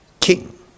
king